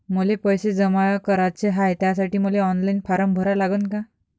मले पैसे जमा कराच हाय, त्यासाठी मले ऑनलाईन फारम भरा लागन का?